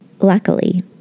Luckily